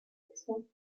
expensive